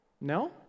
No